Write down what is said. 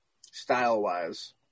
style-wise